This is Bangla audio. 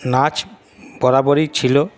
নাচ বরাবরই ছিল